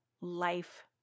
life